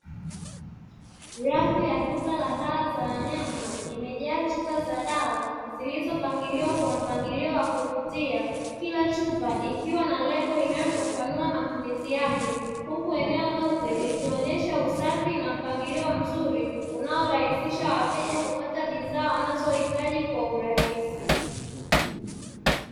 Rafu ya duka la dawa za wanyama imejaa chupa za dawa zilizopangiliwa kwa mpangilio wa kuvutia kila chupa ikiwa na lebo inayofafanua matumizi yake huku eneo lote likionyesha usafi na mpangilio mzuri unaorahisisha wateja kupata bidhaa wanazohitaji kwa urahisi.